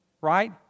right